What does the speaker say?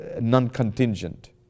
non-contingent